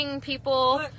people